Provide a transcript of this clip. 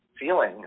feeling